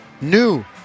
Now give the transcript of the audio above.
new